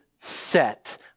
set